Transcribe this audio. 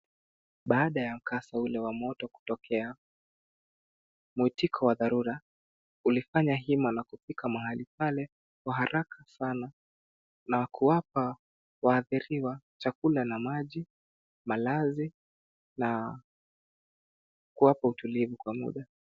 Baada ya mkasa ule wa moto kutokea, mwitiko wa dharura ulifanya hima na kufika mahali pale kwa haraka sana na kuwapa waathiriwa chakula na maji, malazi na kuwapa utulivu kwa muda.